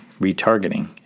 retargeting